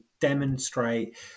demonstrate